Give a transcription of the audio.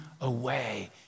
away